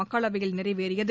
மக்களவையில் நிறைவேறியது